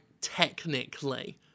technically